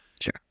Sure